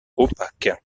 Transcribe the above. opaque